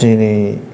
जेरै